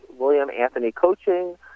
williamanthonycoaching